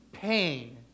pain